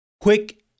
quick